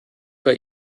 bei